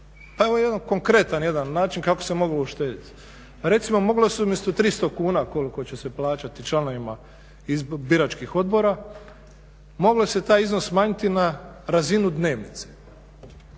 evo jedan konkretan jedan način kako se moglo uštedjeti. Pa recimo moglo se umjesto 300 kuna koliko će se plaćati članovima iz biračkih odbora, moglo se taj iznos smanjiti na razinu dnevnice,